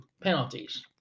penalties